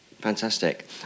Fantastic